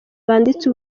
banditse